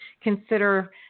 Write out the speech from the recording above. consider